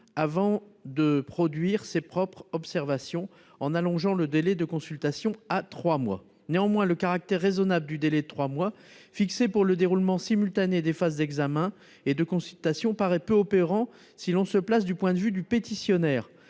avant de produire ses propres observations, en allongeant le délai de consultation à trois mois. Néanmoins, le caractère raisonnable du délai de trois mois fixé pour le déroulement simultané des phases d'examen et de consultation paraît peu opérant si l'on se place du point de vue du pétitionnaire.